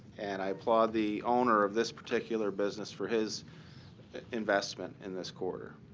and i applaud the owner of this particular business for his investment in this corridor.